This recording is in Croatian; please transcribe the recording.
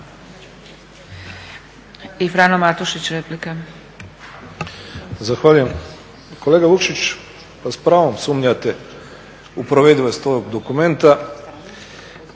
Frano (HDZ)** Zahvaljujem. Kolega Vukšić s pravom sumnjate u provedivost ovog dokumenta